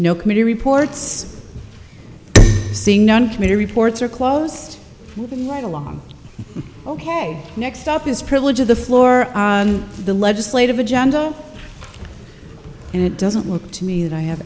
no committee reports saying no one committee reports are closed along ok next stop is privilege of the floor on the legislative agenda and it doesn't look to me that i have